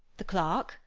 the clerk,